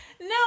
no